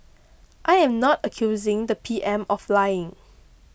i am not accusing the P M of lying